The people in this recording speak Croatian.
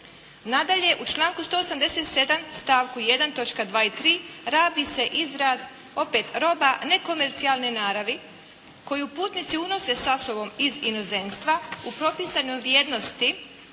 Nadalje, u članku 187. stavku 1. točka 2. i 3. rabi se izraz opet roba nekomercijalne naravi koju putnici unose sa sobom iz inozemstva u propisanoj vrijednosti,